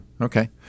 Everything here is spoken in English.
Okay